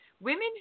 women